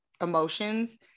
emotions